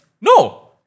No